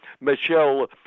Michelle